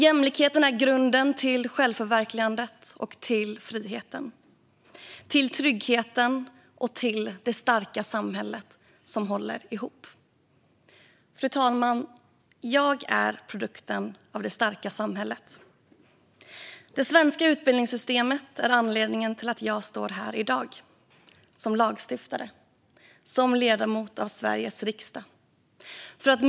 Jämlikheten är grunden till självförverkligandet och till friheten, till tryggheten och till det starka samhället som håller ihop. Fru talman! Jag är produkten av det starka samhället. Det svenska utbildningssystemet är anledningen till att jag står här i dag som lagstiftare - som ledamot av Sveriges riksdag.